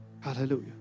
hallelujah